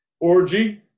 orgy